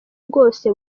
bwose